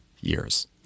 years